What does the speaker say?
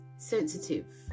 sensitive